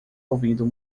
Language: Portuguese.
ouvindo